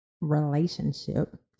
relationship